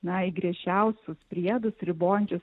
na į griežčiausius priedus ribojančius